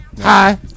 Hi